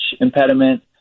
impediment